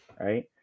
Right